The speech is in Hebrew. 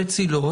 חצי לא,